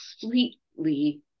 completely